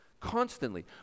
Constantly